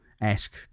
esque